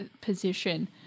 position